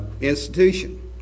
institution